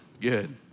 good